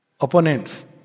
opponents